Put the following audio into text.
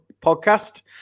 podcast